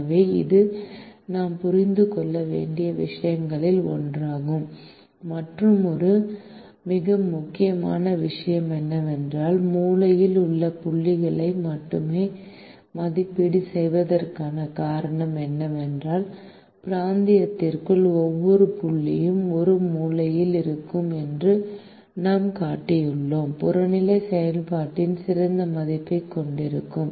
எனவே இது நாம் புரிந்து கொள்ள வேண்டிய விஷயங்களில் ஒன்றாகும் மற்றுமொரு மிக முக்கியமான விஷயம் என்னவென்றால் மூலையில் உள்ள புள்ளிகளை மட்டுமே மதிப்பீடு செய்வதற்கான காரணம் என்னவென்றால் பிராந்தியத்திற்குள் ஒவ்வொரு புள்ளியும் ஒரு மூலையில் இருக்கும் என்று நாம் காட்டியுள்ளோம் புறநிலை செயல்பாட்டின் சிறந்த மதிப்பைக் கொண்டிருக்கும்